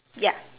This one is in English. ya